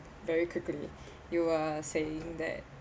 very quickly you are saying that